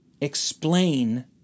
explain